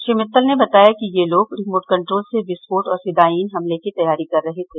श्री मित्तल ने बताया कि ये लोग रिमोट कंट्रोल से विस्फोट और फिदायिन हमले करने की तैयारी कर रहे थे